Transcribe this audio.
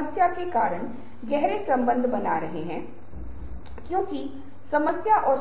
तो आप देखते हैं कि अगर आपके पास यह बहुत